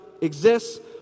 exists